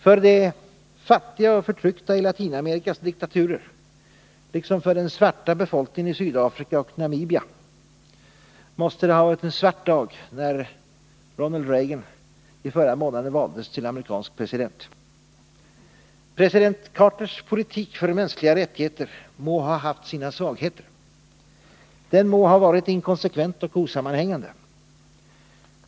För de fattiga och förtryckta i Latinamerikas diktaturer liksom för den svarta befolkningen i Sydafrika och Namibia måste det ha varit en svart dag när Ronald Reagan i förra månaden valdes till amerikansk president. President Carters politik för mänskliga rättigheter må ha haft sina svagheter. Den må ha varit inkonsekvent och osammanhängande.